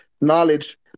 knowledge